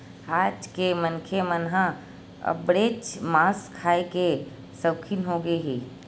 आज के मनखे मन ह अब्बड़ेच मांस खाए के सउकिन होगे हे